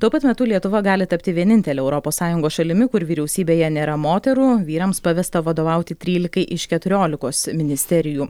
tuo pat metu lietuva gali tapti vienintele europos sąjungos šalimi kur vyriausybėje nėra moterų vyrams pavesta vadovauti trylikai iš keturiolikos ministerijų